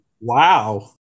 wow